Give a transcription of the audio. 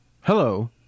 Hello